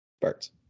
Birds